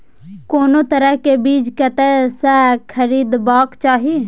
कोनो तरह के बीज कतय स खरीदबाक चाही?